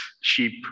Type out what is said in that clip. sheep